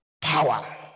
power